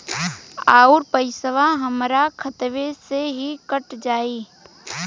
अउर पइसवा हमरा खतवे से ही कट जाई?